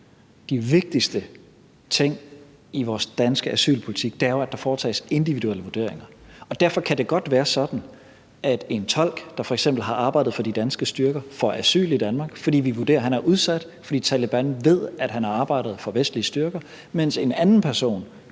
de vigtigste ting i vores danske asylpolitik jo er, at der foretages individuelle vurderinger. Derfor kan det godt være sådan, at en tolk, der f.eks. har arbejdet for de danske styrker, får asyl i Danmark, fordi vi vurderer, at han er udsat, fordi Taleban ved, at han har arbejdet for vestlige styrker, mens en anden person